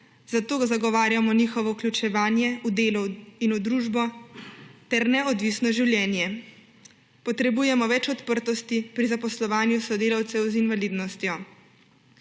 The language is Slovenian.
zato zagovarjamo njihovo vključevanje v delo in v družbo ter neodvisno življenje. Potrebujemo več odprtosti pri zaposlovanju sodelavcev z invalidnostjo.